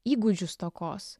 įgūdžių stokos